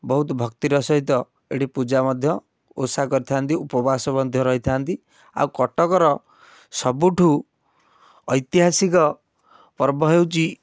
ବହୁତ ଭକ୍ତିର ସହିତ ଏଠି ପୂଜା ମଧ୍ୟ ଓଷା କରିଥାନ୍ତି ଉପବାସ ମଧ୍ୟ ରହିଥାନ୍ତି ଆଉ କଟକର ସବୁଠୁ ଐତିହାସିକ ପର୍ବ ହେଉଛି